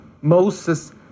moses